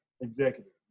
Executive